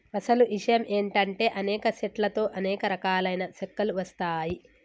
అసలు ఇషయం ఏంటంటే అనేక సెట్ల తో అనేక రకాలైన సెక్కలు వస్తాయి